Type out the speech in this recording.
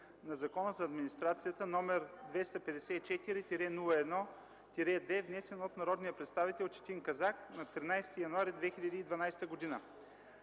на Закона за администрацията, № 254–01–2, внесен от народния представител Четин Казак на 13 януари 2012 г.